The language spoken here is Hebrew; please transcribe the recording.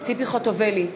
ציפי חוטובלי,